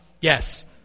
Yes